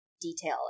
detail